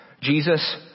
Jesus